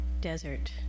desert